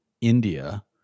India